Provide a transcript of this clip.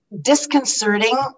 disconcerting